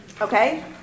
Okay